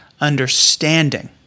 understanding